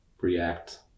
react